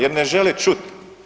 Jer ne žele čut.